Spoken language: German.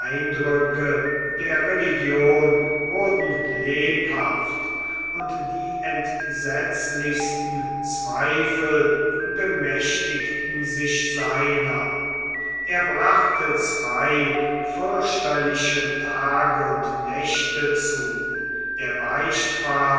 der religion wurden lebhaft und die entsetzlichsten zweifel bemächtigten sich seiner er brachte zwei fürchterliche tage und nächte zu der beichtvater